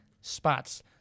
spots